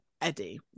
Eddie